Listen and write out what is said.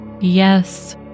yes